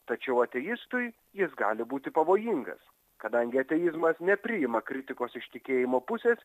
tačiau ateistui jis gali būti pavojingas kadangi ateizmas nepriima kritikos iš tikėjimo pusės